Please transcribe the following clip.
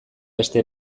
beste